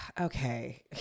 okay